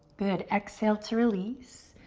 good, exhale to release.